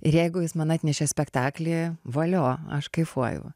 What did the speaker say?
ir jeigu jis man atnešė spektaklį valio aš kaifuoju